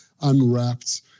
unwrapped